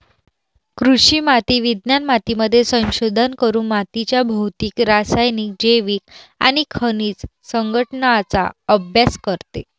कृषी माती विज्ञान मातीमध्ये संशोधन करून मातीच्या भौतिक, रासायनिक, जैविक आणि खनिज संघटनाचा अभ्यास करते